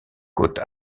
côte